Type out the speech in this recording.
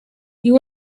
you